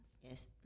Yes